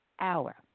hour